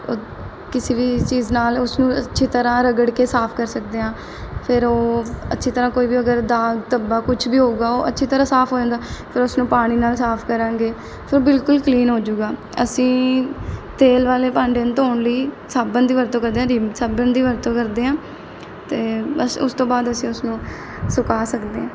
ਕਿਸੀ ਵੀ ਚੀਜ਼ ਨਾਲ ਉਸਨੂੰ ਅੱਛੀ ਤਰ੍ਹਾਂ ਰਗੜ ਕੇ ਸਾਫ ਕਰ ਸਕਦੇ ਹਾਂ ਫਿਰ ਉਹ ਅੱਛੀ ਤਰ੍ਹਾਂ ਕੋਈ ਵੀ ਅਗਰ ਦਾਗ ਧੱਬਾ ਕੁਛ ਵੀ ਹੋਊਗਾ ਉਹ ਅੱਛੀ ਤਰ੍ਹਾਂ ਸਾਫ ਹੋ ਜਾਂਦਾ ਫਿਰ ਉਸਨੂੰ ਪਾਣੀ ਨਾਲ ਸਾਫ ਕਰਾਂਗੇ ਫਿਰ ਬਿਲਕੁਲ ਕਲੀਨ ਹੋ ਜੂਗਾ ਅਸੀਂ ਤੇਲ ਵਾਲੇ ਭਾਂਡੇ ਨੂੰ ਧੋਣ ਲਈ ਸਾਬਣ ਦੀ ਵਰਤੋਂ ਕਰਦੇ ਹਾਂ ਵਿੰਮ ਸਾਬਣ ਦੀ ਵਰਤੋਂ ਕਰਦੇ ਹਾਂ ਅਤੇ ਬਸ ਉਸ ਤੋਂ ਬਾਅਦ ਅਸੀਂ ਉਸ ਨੂੰ ਸੁਕਾ ਸਕਦੇ ਹਾਂ